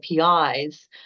APIs